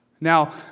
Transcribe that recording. Now